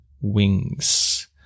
wings